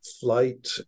flight